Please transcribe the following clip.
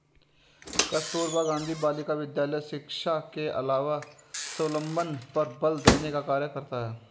कस्तूरबा गाँधी बालिका विद्यालय शिक्षा के अलावा स्वावलम्बन पर बल देने का कार्य करता है